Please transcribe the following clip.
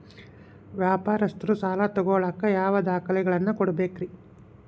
ವ್ಯಾಪಾರಸ್ಥರು ಸಾಲ ತಗೋಳಾಕ್ ಯಾವ ದಾಖಲೆಗಳನ್ನ ಕೊಡಬೇಕ್ರಿ?